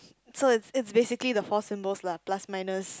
so it's it's basically the four symbols lah plus minus